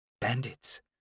bandits